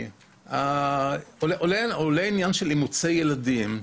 עולה עניין אימוצי ילדים.